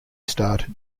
started